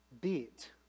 beat